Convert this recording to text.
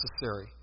necessary